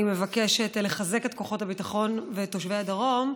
אני מבקשת לחזק את כוחות הביטחון ואת תושבי הדרום,